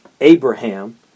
Abraham